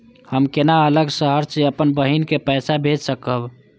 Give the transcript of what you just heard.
हम केना अलग शहर से अपन बहिन के पैसा भेज सकब?